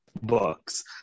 books